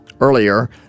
Earlier